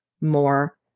more